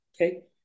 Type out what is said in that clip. okay